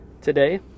today